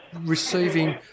receiving